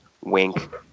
Wink